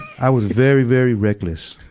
i was very, very reckless.